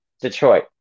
Detroit